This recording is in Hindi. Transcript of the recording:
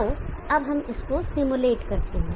तो अब हम इसको सिमुलेट करते हैं